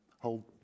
hold